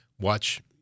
watch